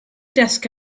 desk